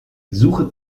suche